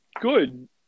good